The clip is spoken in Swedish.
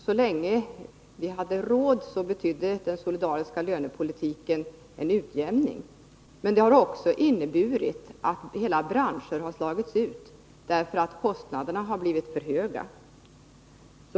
Så länge vi hade råd betydde den solidariska lönepolitiken en utjämning. Men den har också inneburit att hela branscher slagits ut därför att kostnaderna har blivit för höga.